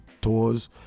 tours